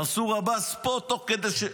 מנסור עבאס פה תוך כדי,